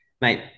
Mate